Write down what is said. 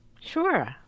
Sure